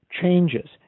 changes